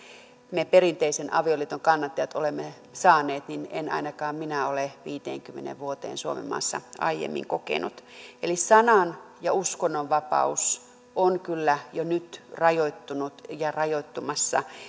me perinteisen avioliiton kannattajat olemme saaneet en ainakaan minä ole viiteenkymmeneen vuoteen suomenmaassa aiemmin kokenut eli sanan ja uskonnonvapaus on kyllä jo nyt rajoittunut ja rajoittumassa